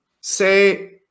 say